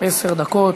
עשר דקות.